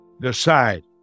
decide